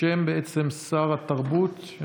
בשם שר התרבות.